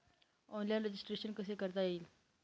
Online registration कसे करता येईल?